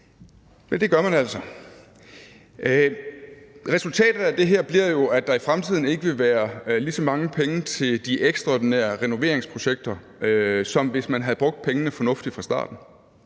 Resultatet af det her bliver jo, at der i fremtiden ikke vil være lige så mange penge til de ekstraordinære renoveringsprojekter, som hvis man havde brugt pengene fornuftigt fra starten.